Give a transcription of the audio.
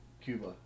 Cuba